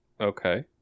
okay